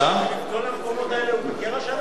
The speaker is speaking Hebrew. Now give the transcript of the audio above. אדוני היושב-ראש, בכל המקומות האלו הוא ביקר השנה?